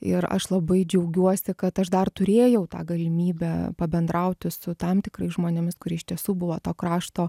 ir aš labai džiaugiuosi kad aš dar turėjau tą galimybę pabendrauti su tam tikrais žmonėmis kurie iš tiesų buvo to krašto